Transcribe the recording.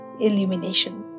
illumination